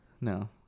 No